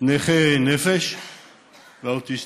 נכי נפש ואוטיסטים.